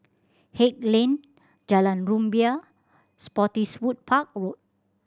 Haig Lane Jalan Rumbia Spottiswoode Park Road